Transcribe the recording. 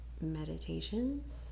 meditations